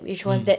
mm